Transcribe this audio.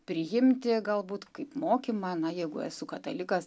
priimti galbūt kaip mokymą na jeigu esu katalikas